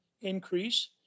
increase